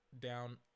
down